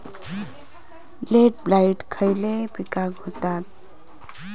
Late blight खयले पिकांका होता?